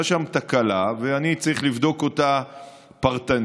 שם תקלה ואני צריך לבדוק אותה פרטנית.